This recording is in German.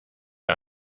der